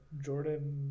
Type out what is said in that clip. Jordan